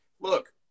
look